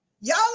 Y'all